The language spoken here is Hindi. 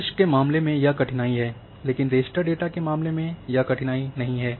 सदिश के मामले में यह कठिनाई है लेकिन रास्टर के मामले में यह कठिनाई नहीं है